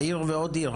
עיר ועוד עיר?